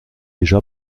déjà